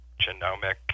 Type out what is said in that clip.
genomic